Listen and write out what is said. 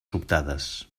sobtades